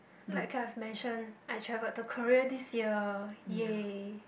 like I've mention I traveled to Korea this year yay